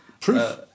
proof